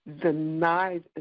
denied